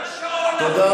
אדוני,